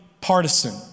partisan